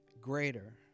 greater